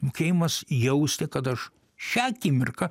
mokėjimas jausti kad aš šią akimirką